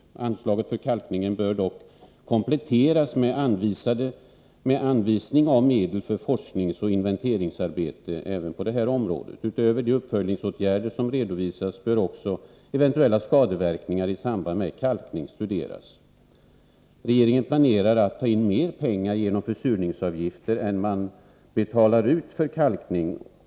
Anslaget för kalkning bör dock kompletteras med anslag för forskningsoch inventeringsarbete. Utöver de uppföljningsåtgärder som redovisats bör också eventuella skadeverkningar i samband med kalkning studeras. Regeringen planerar att genom försurningsavgifter ta in mer pengar än den betalar ut för kalkning.